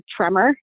tremor